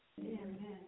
Amen